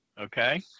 Okay